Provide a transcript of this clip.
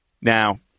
Now